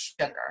sugar